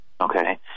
okay